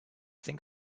think